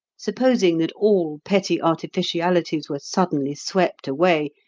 supposing that all petty artificialities were suddenly swept away,